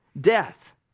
death